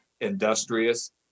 industrious